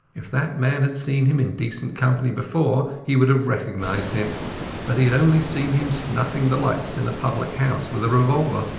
if that man had seen him in decent company before he would have recognized him but he had only seen him snuffing the lights in a public-house with a revolver.